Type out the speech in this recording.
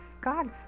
God